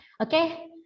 Okay